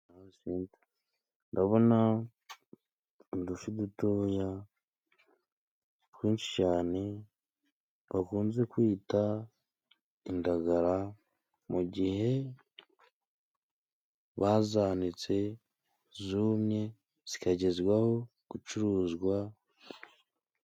Ndabona udufi dutoya, twinshi cyane bakunze kwita indagara, mu igihe bazanitse, zumye zikagezwa aho gucuruzwa.